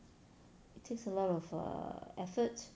it takes a lot of err efforts